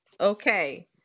Okay